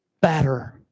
better